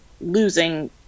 losing